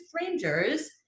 strangers